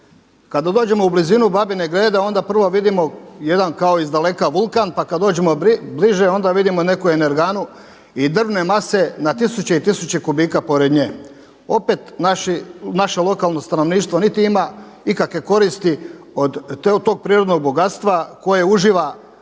Kada dođemo u blizinu Babine Grede onda prvo vidimo kao jedan iz daleka vulkan, pa kad dođemo bliže onda vidimo neku energanu i drvne mase na tisuće i tisuće kubika pored nje. Opet naše lokalno stanovništvo niti ima ikakve koristi od tog prirodnog bogatstva koje uživa